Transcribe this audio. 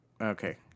Okay